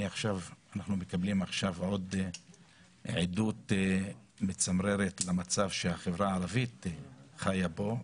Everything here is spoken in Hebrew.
אנחנו מקבלים עכשיו עוד עדות מצמררת למצב שהחברה הערבית חיה בו,